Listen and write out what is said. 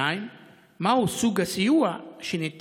2. מהו סוג הסיוע שניתן